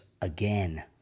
again